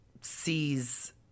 sees